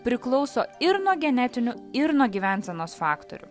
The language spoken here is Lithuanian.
priklauso ir nuo genetinių ir nuo gyvensenos faktorių